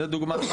זה דוגמה.